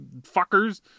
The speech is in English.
fuckers